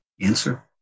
Answer